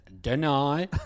deny